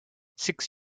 six